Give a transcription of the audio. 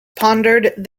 pondered